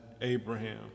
abraham